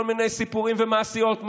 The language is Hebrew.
כל מיני סיפורים ומעשיות.